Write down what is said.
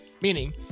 Meaning